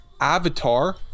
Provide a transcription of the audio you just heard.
avatar